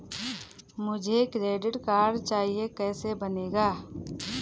मुझे credit card चाहिए कैसे बनेगा?